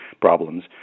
problems